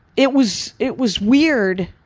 it was, it was weird.